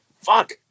fuck